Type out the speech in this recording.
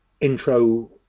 Intro